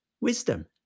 wisdom